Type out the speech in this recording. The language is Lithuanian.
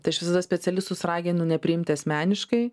tai aš visada specialistus raginu nepriimti asmeniškai